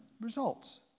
results